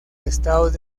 estados